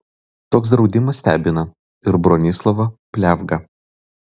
toks draudimas stebina ir bronislovą pliavgą